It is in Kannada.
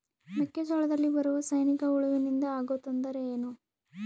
ಮೆಕ್ಕೆಜೋಳದಲ್ಲಿ ಬರುವ ಸೈನಿಕಹುಳುವಿನಿಂದ ಆಗುವ ತೊಂದರೆ ಏನು?